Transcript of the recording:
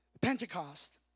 Pentecost